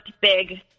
big